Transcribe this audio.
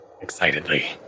Excitedly